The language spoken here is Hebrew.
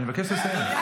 אני מבקש לסיים,